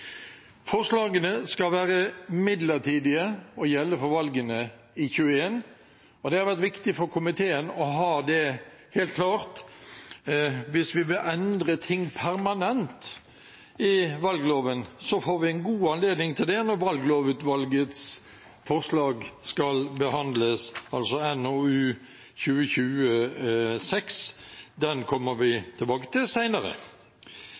Forslagene skal være midlertidige og gjelde for valgene i 2021. Det har vært viktig for komiteen å ha det helt klart. Hvis vi vil endre ting permanent i valgloven, får vi god anledning til det når valglovutvalgets forslag skal behandles, altså NOU 2020:6. Den kommer vi tilbake til